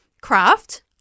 craft